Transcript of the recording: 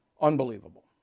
Unbelievable